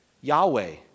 Yahweh